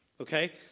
okay